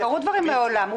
קרו דברים מעולם.